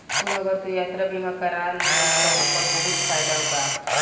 सुन अगर तू यात्रा बीमा कारा लेबे त ओकर बहुत फायदा बा